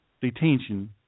detention